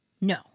No